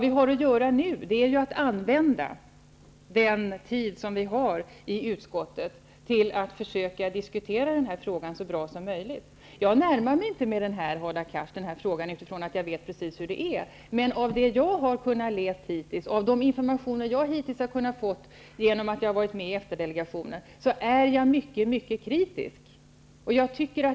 Vi har nu att använda den tid vi har i utskottet till att försöka diskutera frågan så bra som möjligt. Jag närmar mig inte den här frågan med utgångspunkt i att jag vet precis hur det är. De informationer jag hittills har fått, genom att jag har varit med i EFTA delegationen, gör att jag är mycket kritisk.